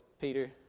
Peter